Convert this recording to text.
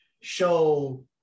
show